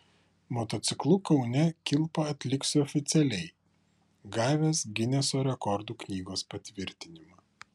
motociklu kaune kilpą atliksiu oficialiai gavęs gineso rekordų knygos patvirtinimą